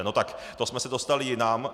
No tak to jsme se dostali jinam.